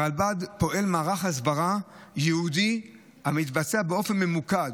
ברלב"ד פועל מערך הסברה ייעודי המבצע באופן ממוקד